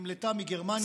נמלטה מגרמניה,